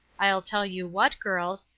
i'll tell you what, girls,